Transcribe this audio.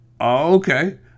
Okay